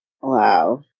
Wow